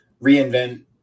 reinvent